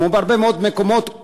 כמו בהרבה מאוד מקומות,